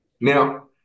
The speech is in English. Now